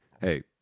hey